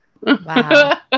Wow